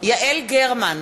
יעל גרמן,